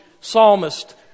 psalmist